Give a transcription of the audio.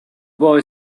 boy